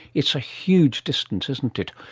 it's a huge distance, isn't it,